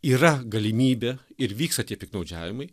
yra galimybė ir vyksta tie piktnaudžiavimai